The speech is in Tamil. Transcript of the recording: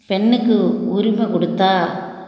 பெண்ணுக்கு உரிமை கொடுத்தா